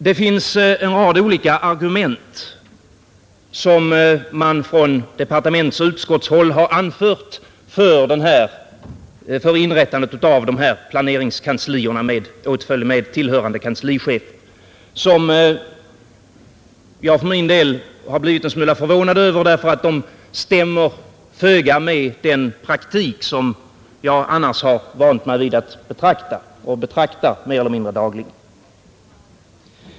Det finns en rad olika argument, som man från departementsoch utskottshåll har anfört för inrättandet av de här planeringskanslierna med tillhörande kanslichef, som jag för min del har blivit en smula förvånad över därför att de stämmer föga med den praktik jag betraktar mer eller mindre dagligen.